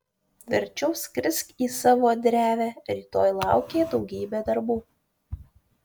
verčiau skrisk į savo drevę rytoj laukia daugybė darbų